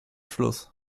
fluss